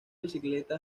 bicicleta